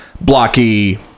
blocky